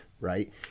right